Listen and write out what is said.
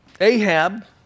Ahab